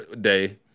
day